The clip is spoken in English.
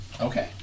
okay